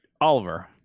Oliver